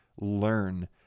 learn